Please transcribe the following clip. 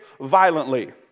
violently